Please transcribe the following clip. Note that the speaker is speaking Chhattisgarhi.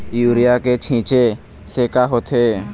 यूरिया के छींचे से का होथे?